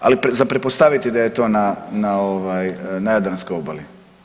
Ali za pretpostaviti je da je to na Jadranskoj obali.